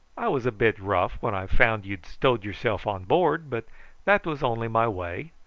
i was a bit rough when i found you'd stowed yourself on board, but that was only my way.